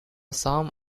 some